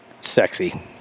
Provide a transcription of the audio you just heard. sexy